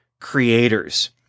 creators